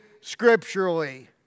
scripturally